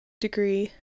degree